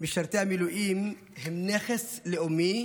משרתי המילואים הם נכס לאומי,